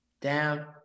Down